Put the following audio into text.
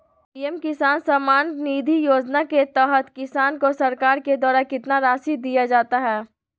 PM Kisan Samman Nidhi Yojana के तहत किसान को सरकार के द्वारा कितना रासि दिया जाता है?